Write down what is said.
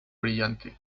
brillante